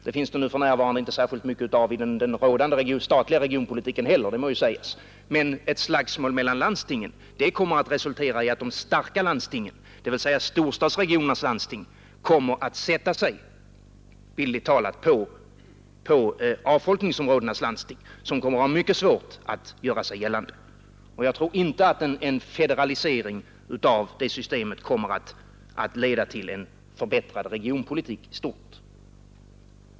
Det finns det visserligen inte heller särskilt mycket av i den rådande statliga regionpolitiken, men ett slagsmål mellan landstingen kommer att resultera i att de starka landstingen, dvs. storstadsregionernas landsting, bildligt talat kommer att sätta sig på avfolkningsområdenas landsting, som kommer att få mycket stora svårigheter att göra sig gällande. Jag tror inte att en federalisering av detta system kommer att leda till en förbättrad regionpolitik i stort.